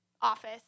office